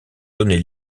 donné